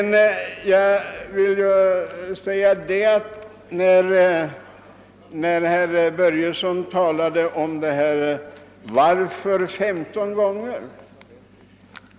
Herr Börjesson sade att jag frågade »varför?« femton gånger.